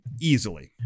easily